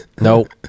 Nope